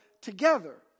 together